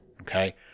Okay